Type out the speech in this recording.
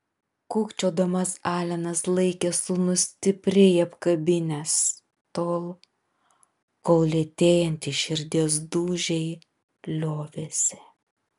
kūkčiodamas alenas laikė sūnų stipriai apkabinęs tol kol lėtėjantys širdies dūžiai liovėsi